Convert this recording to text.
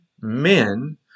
men